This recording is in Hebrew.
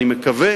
אני מקווה